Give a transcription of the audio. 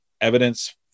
evidence